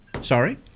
Sorry